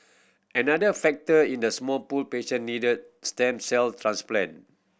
another factor in the small pool patient need stem cell transplant